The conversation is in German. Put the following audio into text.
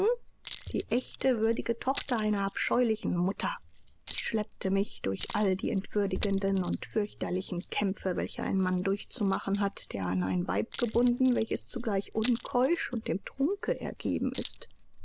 die echte würdige tochter einer abscheulichen mutter schleppte mich durch all die entwürdigenden und fürchterlichen kämpfe welche ein mann durchzumachen hat der an ein weib gebunden welches zugleich unkeusch und dem trunke ergeben ist